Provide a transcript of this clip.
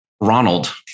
Ronald